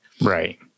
Right